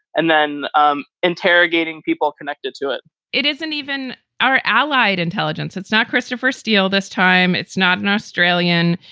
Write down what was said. and then um interrogating people connected to it it isn't even our allied intelligence. it's not christopher steele this time. it's not an australian.